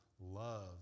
love